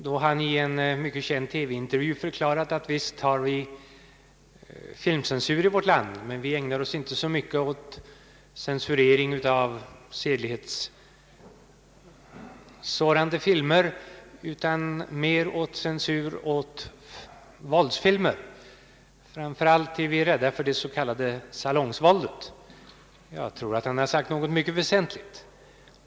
— då han i en mycket känd TV-intervju förklarade att vi visst har filmceensur i vårt land, men vi ägnar Oss inte så mycket åt censurering av sedlighetssårande filmer utan mera åt censur av våldsfilmer. Framför allt är vi rädda för det s.k. salongsvåldet. Jag tror att han har sagt något mycket väsentligt.